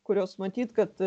kuriuos matyt kad